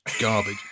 garbage